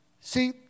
See